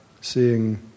seeing